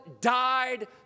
died